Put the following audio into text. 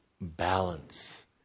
balance